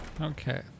Okay